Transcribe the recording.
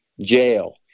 jail